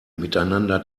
miteinander